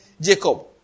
Jacob